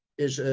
is a,